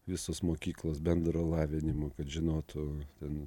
visus mokyklos bendro lavinimo kad žinotų ten